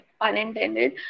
unintended